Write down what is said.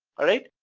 alright?